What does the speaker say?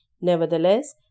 Nevertheless